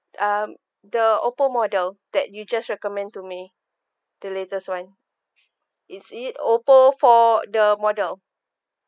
um the Oppo model that you just recommend to me the latest [one] is it Oppo four the model